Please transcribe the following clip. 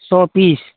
سو پیس